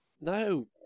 No